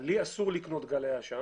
לי אסור לקנות גלאי עשן.